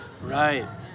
Right